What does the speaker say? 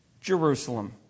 Jerusalem